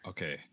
Okay